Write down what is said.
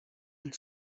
and